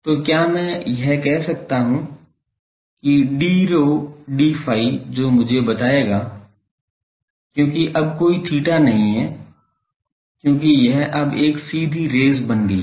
तो क्या मैं कह सकता हूं कि d rho d phi जो मुझे बताएगा क्योंकि अब कोई theta नहीं है क्योंकि यह अब एक सीधी रेज़ बन गई है